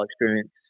experience